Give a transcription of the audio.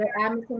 Amazon